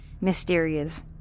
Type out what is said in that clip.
mysterious